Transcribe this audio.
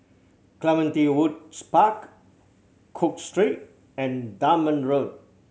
Clementi Woods Park Cook Street and Dunman Road